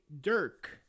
Dirk